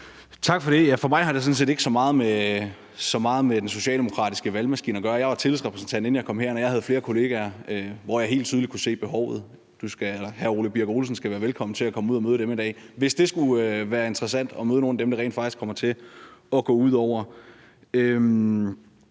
Tak for det. For mig har det sådan set ikke så meget med den socialdemokratiske valgmaskine at gøre. Jeg var tillidsrepræsentant, inden jeg kom herind, og jeg havde flere kollegaer, som jeg helt tydeligt kunne se behovet hos, og hr. Ole Birk Olesen skal være velkommen til at komme ud og møde dem en dag, hvis det skulle være interessant at møde nogle af dem, det rent faktisk kommer til at gå ud over.